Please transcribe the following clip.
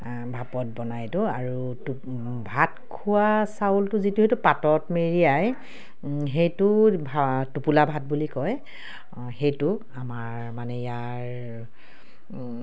ভাপত বনাই এইটো আৰু ভাত খোৱা চাউলটো যিটো সেইটো পাতত মেৰিয়াই সেইটো টোপোলা ভাত বুলি কয় সেইটো আমাৰ মানে ইয়াৰ